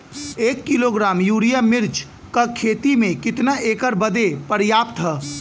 एक kilogram urea मिर्च क खेती में कितना एकड़ बदे पर्याप्त ह?